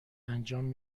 انجام